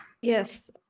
Yes